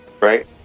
right